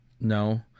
No